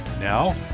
Now